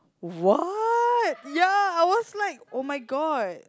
what ya I was like oh-my-god